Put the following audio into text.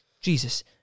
Jesus